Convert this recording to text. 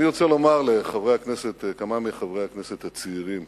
אני רוצה לתת לכמה מחברי הכנסת הצעירים